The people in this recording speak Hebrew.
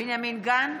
בנימין גנץ,